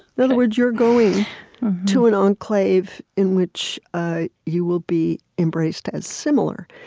in other words, you're going to an enclave in which ah you will be embraced as similar.